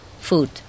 food